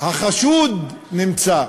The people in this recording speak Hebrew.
החשוד נמצא.